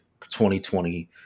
2020